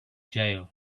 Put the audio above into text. jail